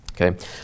Okay